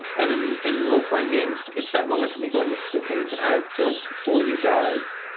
and in in roleplaying games it's that moment of me going this is a thing that i've built for you guys.